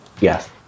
Yes